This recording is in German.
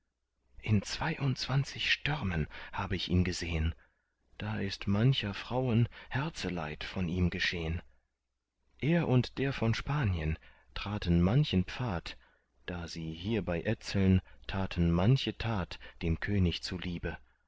in zweiundzwanzig stürmen hab ich ihn gesehn da ist mancher frauen herzeleid von ihm geschehn er und der von spanien traten manchen pfad da sie hier bei etzeln taten manche tat dem könig zuliebe